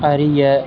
அறிய